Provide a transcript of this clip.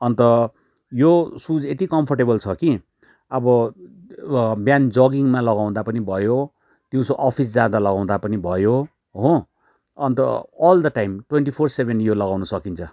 अन्त यो सुज एति कम्फर्टेबल छ कि अब बिहान जगिङमा लगाउँदा पनि भयो दिउँसो अफिस जाँदा लाउँदा पनि भयो हो and all the time twenty four seven यो लगाउन सकिन्छ